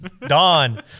Dawn